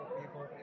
people